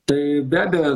tai be abejo